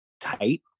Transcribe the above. tight